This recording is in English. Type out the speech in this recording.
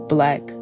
Black